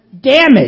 Damage